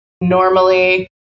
normally